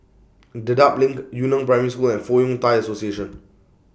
Dedap LINK Yu Neng Primary School and Fong Yun Thai Association